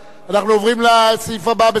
אנחנו עוברים לסעיף הבא בסדר-היום,